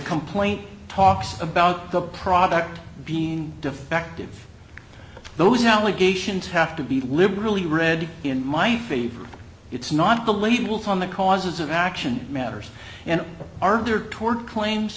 complaint talks about the product being defective those allegations have to be liberally read in my favor it's not the labels on the causes of action matters and are there toward claims